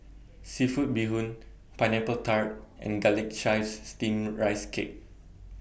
Seafood Bee Hoon Pineapple Tart and Garlic Chives Steamed Rice Cake